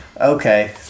Okay